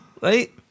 right